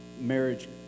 Marriage